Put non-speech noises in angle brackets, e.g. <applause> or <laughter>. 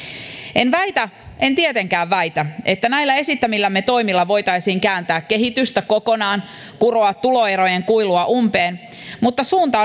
en väitä en tietenkään väitä että näillä esittämillämme toimilla voitaisiin kääntää kehitystä kokonaan kuroa tuloerojen kuilua umpeen mutta suunta <unintelligible>